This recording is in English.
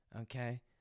okay